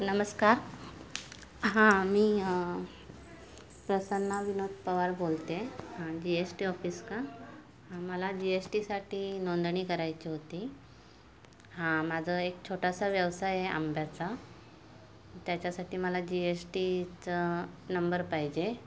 नमस्कार हां मी प्रसन्ना विनोद पवार बोलते हां जी एस टी ऑफिस का मला जी एस टीसाठी नोंदणी करायची होती हां माझं एक छोटासा व्यवसाय आहे आंब्याचा त्याच्यासाठी मला जी एस टीचं नंबर पाहिजे